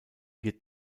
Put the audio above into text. wir